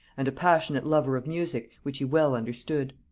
and a passionate lover of music, which he well understood.